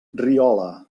riola